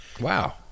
Wow